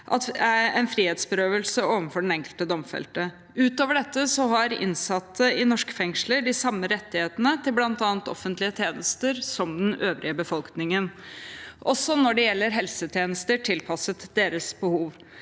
vet, en frihetsberøvelse overfor den enkelte domfelte. Utover dette har innsatte i norske fengsler de samme rettighetene til bl.a. offentlige tjenester som den øvrige befolkningen, også når det gjelder helsetjenester tilpasset deres behov.